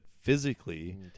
physically